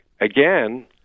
again